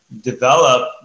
develop